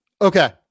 Okay